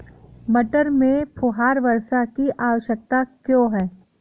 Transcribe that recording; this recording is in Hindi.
मटर में फुहारा वर्षा की आवश्यकता क्यो है?